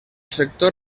sector